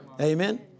Amen